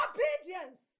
Obedience